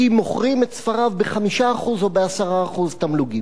מוכרים את ספריו ב-5% או ב-10% תמלוגים.